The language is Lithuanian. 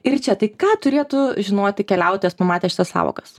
ir čia tai ką turėtų žinoti keliautojas numatęs šitas sąvokas